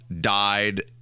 died